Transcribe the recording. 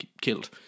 killed